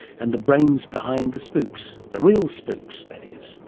and the brains behind the spooks. the real spooks, that is